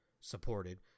supported